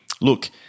look